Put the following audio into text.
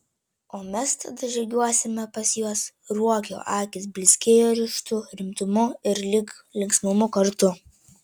o mes tada žygiuosime pas juos ruokio akys blizgėjo ryžtu rimtumu ir lyg linksmumu kartu